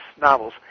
novels